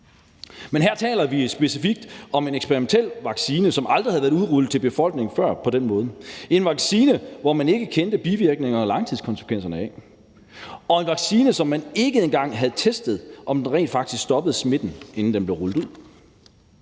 Men her taler vi jo specifikt om en eksperimentel vaccine, som aldrig før havde været udrullet til befolkningen på den måde, en vaccine, som man ikke kendte bivirkningerne og langtidskonsekvenserne af, og en vaccine, som man ikke engang havde testet om rent faktisk stoppede smitten, inden den blev rullet ud.